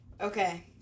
Okay